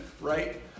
Right